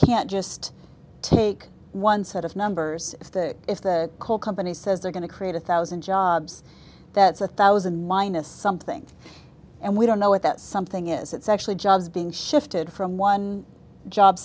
can't just take one set of numbers stick if that coal company says they're going to create a thousand jobs that's a thousand minus something and we don't know what that something is it's actually jobs being shifted from one job